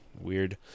weird